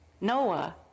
Noah